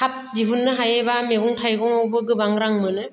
थाब दिहुननो हयोबा मैगं थाइगंआवबो गोबां रां मोनो